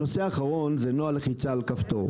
הנושא האחרון הוא נוהל לחיצה על כפתור.